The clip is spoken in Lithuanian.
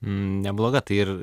nebloga tai ir